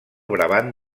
brabant